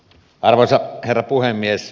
arvoisa herra puhemies